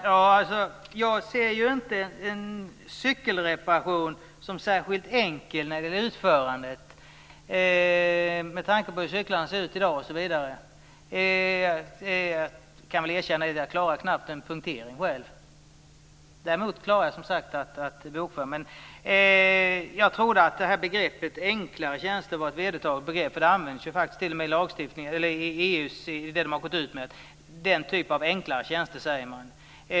Herr talman! Jag ser inte en cykelreparation som något som är särskilt enkelt när det gäller själva utförandet, med tanke på hur cyklar i dag ser ut osv. Jag kan väl erkänna att jag knappt klarar av en punktering. Däremot klarar jag, som sagt, att bokföra. Jag trodde att begreppet enklare tjänster var ett vedertaget begrepp. Det begreppet används t.o.m. i det som EU gått ut med. Det talas ju om typ av enklare tjänster.